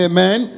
Amen